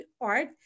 art